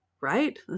right